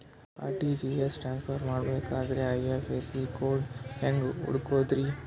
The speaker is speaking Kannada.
ಆರ್.ಟಿ.ಜಿ.ಎಸ್ ಟ್ರಾನ್ಸ್ಫರ್ ಮಾಡಬೇಕೆಂದರೆ ಐ.ಎಫ್.ಎಸ್.ಸಿ ಕೋಡ್ ಹೆಂಗ್ ಹುಡುಕೋದ್ರಿ?